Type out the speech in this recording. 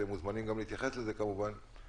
והם מוזמנים גם להתייחס לזה כמובן,